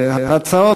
י"ט בתמוז התשע"ה